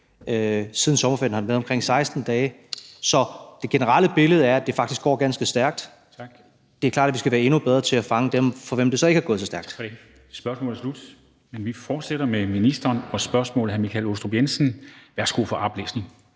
siden sommerferien har den været omkring 16 dage. Så det generelle billede er, at det faktisk går ganske stærkt. Det er klart, at vi skal være endnu bedre til at fange dem, for hvem det så ikke er gået så stærkt. Kl. 14:12 Formanden (Henrik Dam Kristensen): Tak for det. Spørgsmålet er slut. Men vi fortsætter